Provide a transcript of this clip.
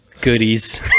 goodies